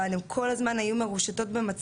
הן חשופות באופן תמידי.